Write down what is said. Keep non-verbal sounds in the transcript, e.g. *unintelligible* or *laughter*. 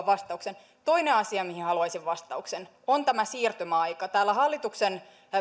*unintelligible* vastauksen toinen asia mihin haluaisin vastauksen on tämä siirtymäaika täällä hallituksen